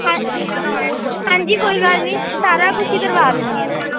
ਹਾ ਹਾਂਜੀ ਕੋਈ ਗੱਲ ਨਹੀਂ ਸਾਰਾ ਕੁਛ ਹੀ ਕਰਵਾ ਦਿੰਦੀ ਹਾਂ ਮੈਂ